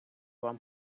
вам